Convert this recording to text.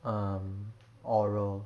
um oral